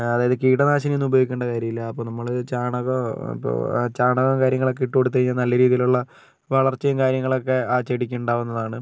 അതായത് കീടനാശിനി ഒന്നും ഉപയോഗിക്കേണ്ട കാര്യമില്ല അപ്പം നമ്മൾ ചാണകം ഇപ്പോൾ ചാണകം കാര്യങ്ങളൊക്കെ ഇട്ടു കൊടുത്താൽ നല്ല രീതിയിലുള്ള വളർച്ചയും കാര്യങ്ങളൊക്കെ ആ ചെടിക്ക് ഉണ്ടാകുന്നതാണ്